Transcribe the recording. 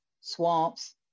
swamps